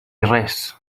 res